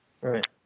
Right